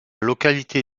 localité